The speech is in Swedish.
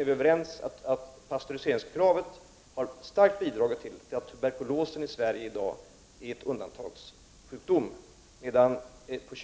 Vi är överens om att pastöriseringskravet starkt har bidragit till att tuberkulosen i dag är en undantagssjukdom i Sverige,